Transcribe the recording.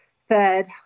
third